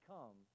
Come